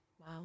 Wow